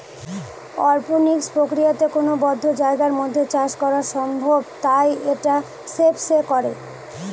অরপনিক্স প্রক্রিয়াতে কোনো বদ্ধ জায়গার মধ্যে চাষ করা সম্ভব তাই এটা স্পেস এ করে